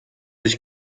ich